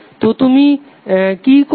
তো তুমি কি করবে